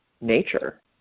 nature